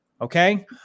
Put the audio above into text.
okay